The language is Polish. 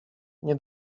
nie